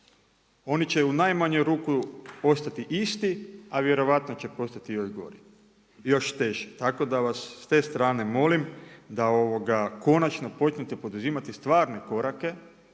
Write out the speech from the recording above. Oni će u najmanju ruku ostati isti, a vjerojatno će postati još gori, još teži. Tako da vas s te strane molim, da konačno počnete poduzimati stvarne korake